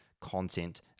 content